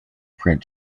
print